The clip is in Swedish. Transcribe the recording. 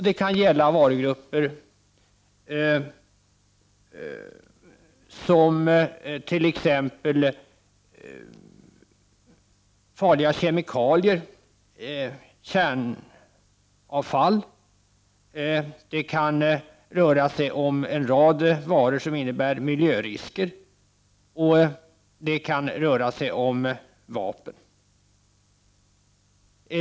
Det gäller varugrupper som farliga kemikalier och kärnkraftsavfall. Det kan röra sig om en rad varor som innebär miljörisker samt vapen.